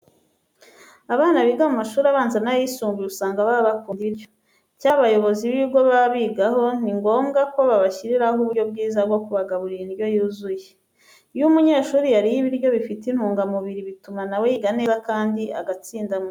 Abana biga mu mashuri abanza n'ayisumbuye usanga baba bakunda ibiryo. Icyakora abayobozi b'ibigo baba bigaho ni ngombwa ko babashyiriraho uburyo bwiza bwo kubagaburira indyo yuzuye. Iyo umunyeshuri yariye ibiryo bifite intungamubiri bituma na we yiga neza kandi agatsinda mu ishuri.